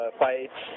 fights